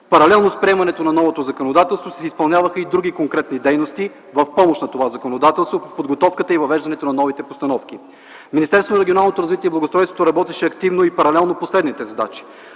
Паралелно с приемането на новото законодателство се изпълняваха и други конкретни дейности в помощ на това законодателство в подготовката и въвеждането на новите постановки. Министерството на регионалното развитие